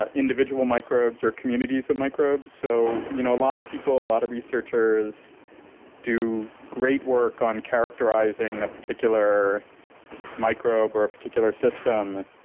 individual microbes or communities of microbes. so you know a lot of people, a lot of researchers do great work on characterizing a particular microbe or a particular system,